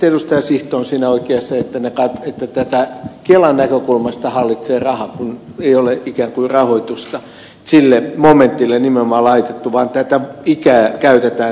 sihto on siinä oikeassa että kelan näkökulmasta tätä hallitsee raha kun ei ole ikään kuin rahoitusta sille momentille nimenomaan laitettu vaan ikää käytetään tässä rajaavana tekijänä